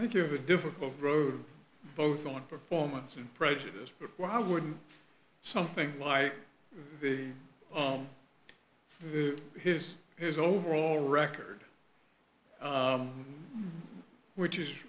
i think you have a difficult road both on performance and prejudice but why wouldn't something like the his his overall record which is